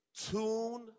Tune